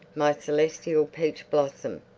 my celestial peach blossom!